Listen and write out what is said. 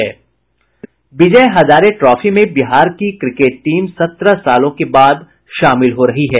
विजय Hazare trophy में बिहार की cricket team सत्रह सालों के बाद शामिल हो रही है